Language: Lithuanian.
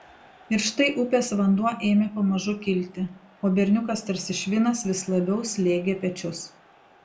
ir štai upės vanduo ėmė pamažu kilti o berniukas tarsi švinas vis labiau slėgė pečius